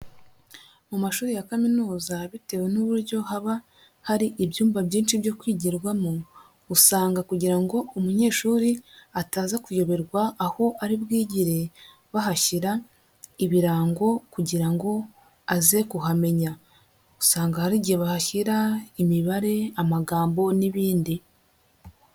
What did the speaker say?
Mu mashuri ya kaminuza bitewe n'uburyo haba hari ibyumba byinshi byo kwigirwamo, usanga kugira ngo umunyeshuri ataza kuyoberwa aho ari bwigire, bahashyira ibirango kugira ngo aze kuhamenya. Usanga hari igihe bahashyira imibare, amagambo n'ibindi.